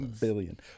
Billion